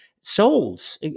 souls